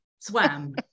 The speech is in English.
swam